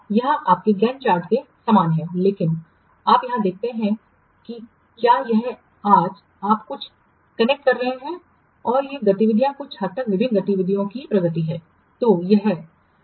यह आपके Gantt chart के समान है लेकिन आप यहां देखते हैं कि क्या यह आज आप कुछ कनेक्ट कर रहे हैं और ये गतिविधियाँ कुछ हद तक विभिन्न गतिविधियों की प्रगति हैं